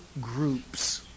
groups